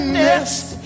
nest